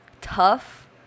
tough